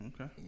Okay